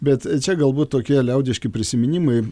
bet čia galbūt tokie liaudiški prisiminimai